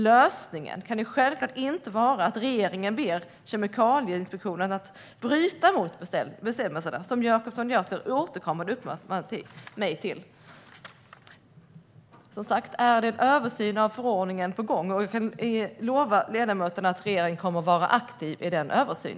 Lösningen kan självklart inte vara att regeringen ber Kemikalieinspektionen att bryta mot bestämmelserna, som Jonas Jacobsson Gjörtler återkommande uppmanar mig till. En översyn av förordningen är som sagt på gång, och jag kan lova ledamöterna att regeringen kommer att vara aktiv i denna översyn.